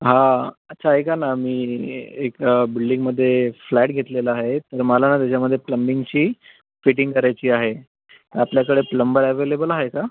हा अच्छा ऐका ना मी एक बिल्डींगमध्ये फ्लॅट घेतलेला आहे तर मला ना त्याच्यामध्ये प्लंबिंगची फिटींग करायची आहे आपल्याकडे प्लंबर ॲवेलेबल आहे का